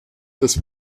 des